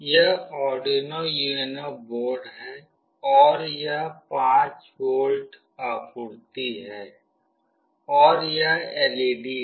यह Arduino UNO board है और यह 5V आपूर्ति है और यह एलईडी है